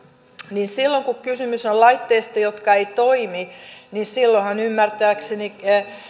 silloin kun kysymys on laitteista jotka eivät toimi ymmärtääkseni